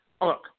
Look